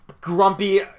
grumpy